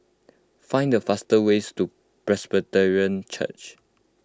find the fastest ways to Presbyterian Church